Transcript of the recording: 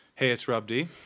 HeyIt'sRobD